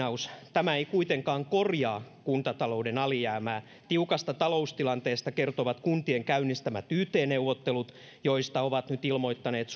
tämä ei kuitenkaan korjaa kuntatalouden alijäämää tiukasta taloustilanteesta kertovat kuntien käynnistämät yt neuvottelut joista ovat nyt ilmoittaneet